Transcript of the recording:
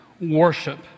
worship